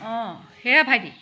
অ' হেৰা ভাইটি